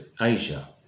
Asia